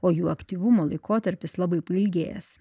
o jų aktyvumo laikotarpis labai pailgėjęs